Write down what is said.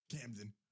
Camden